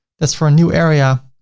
that's for a new area.